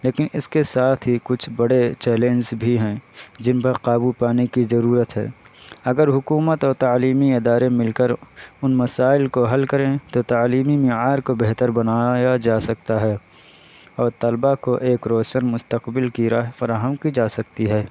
لیکن اس کے ساتھ ہی کچھ بڑے چیلنس بھی ہیں جن پر قابو پانے کی ضرورت ہے اگر حکومت اور تعلیمی ادارے مل کر ان مسائل کو حل کریں تو تعلیمی معیار کو بہتر بنایا جا سکتا ہے اور طلباء کو ایک روشن مستقبل کی راہ فراہم کی جا سکتی ہے